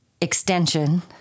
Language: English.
extension